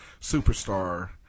superstar